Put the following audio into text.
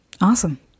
Awesome